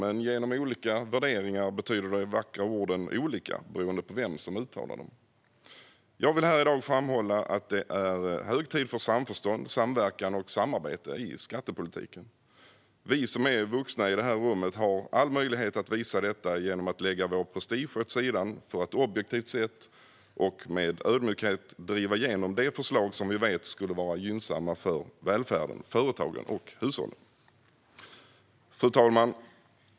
Men genom att vi har olika värderingar betyder de vackra orden olika saker beroende på vem som uttalar dem. Jag vill här i dag framhålla att det är hög tid för samförstånd, samverkan och samarbete i skattepolitiken. Vi som är vuxna i det här rummet har all möjlighet att visa detta genom att lägga vår prestige åt sidan. Då kan vi objektivt och med ödmjukhet driva igenom de förslag som vi vet skulle vara gynnsamma för välfärden, företagen och hushållen. Fru talman!